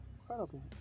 Incredible